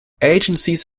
agencies